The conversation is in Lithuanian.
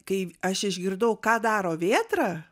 kai aš išgirdau ką daro vėtra